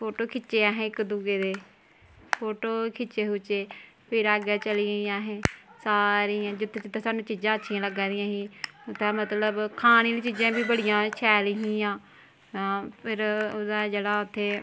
photo खिच्चे असें इक दूए दे फोटो खिच्चे खुच्चे फिर अग्गें चली गेइयां असें सारी जित्थै जित्थै सानूं चीजां असेंगी अच्छी लग्गा दियां हां ते मतलब खाने आह्ली चीजां बी बड़ियां शैल हियां फिर ओह्दा जेह्ड़ा उत्थें